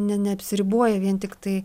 ne neapsiriboja vien tiktai